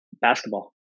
basketball